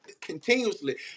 continuously